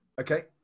Okay